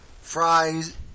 fries